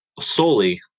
solely